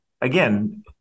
again